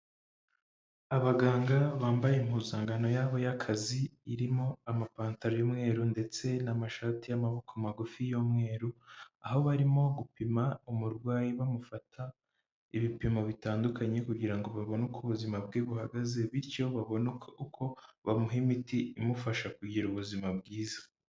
Abaganga bambaye impuzangano yabo y'akazi, irimo amapantaro y'umweru ndetse n'amashati y'amaboko magufi y'umweru, aho barimo gupima umurwayi bamufata ibipimo bitandukanye, kugira ngo babone uko ubuzima bwe buhagaze, bityo baboneke uko bamuha imiti, imufasha kugira ubuzima bwiza.